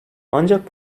ancak